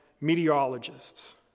meteorologists